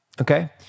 okay